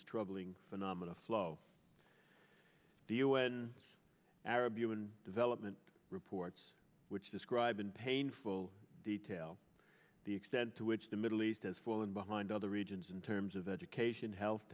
troubling phenomena flow the un arab human development reports which describe in painful detail the extent to which the middle east as fallen behind other regions in terms of education health